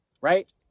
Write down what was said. right